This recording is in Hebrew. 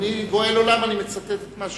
אני גואל עולם, אני מצטט את מה שאמרתם.